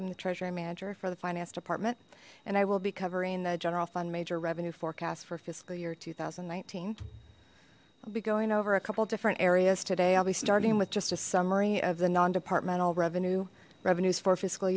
for the finance department and i will be covering the general fund major revenue forecast for fiscal year two thousand and nineteen i'll be going over a couple different areas today i'll be starting with just a summary of the non departmental revenue revenues for